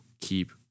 keep